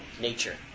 nature